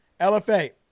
LFA